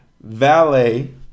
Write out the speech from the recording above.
Valet